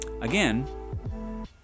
Again